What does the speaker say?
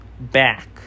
back